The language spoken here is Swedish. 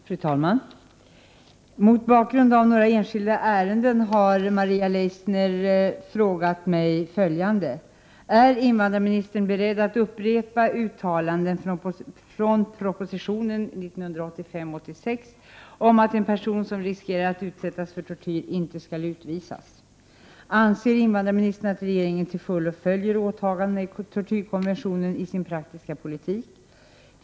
Fru talman! Mot bakgrund av några enskilda ärenden har Maria Leissner fråga mig följande: Är invandrarministern beredd att upprepa uttalanden från propositionen 1985/86:17 om att en person som riskerar att utsättas för tortyr inte skall utvisas? Anser invandrarministern att regeringen till fullo följer åtagandena i tortyrkonventionen i sin praktiska politik?